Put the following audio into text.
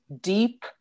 deep